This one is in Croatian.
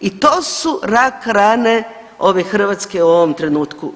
I to su rak rane ove Hrvatske u ovom trenutku.